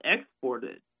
exported